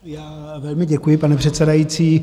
Já velmi děkuji, pane předsedající.